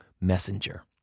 messenger